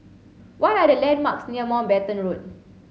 what are the landmarks near Mountbatten Road